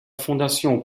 fondation